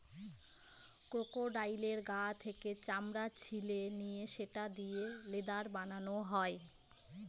ক্রোকোডাইলের গা থেকে চামড়া ছিলে নিয়ে সেটা দিয়ে লেদার বানানো হয়